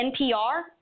NPR